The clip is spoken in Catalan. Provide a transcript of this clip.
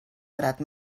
parat